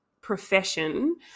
profession